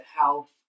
health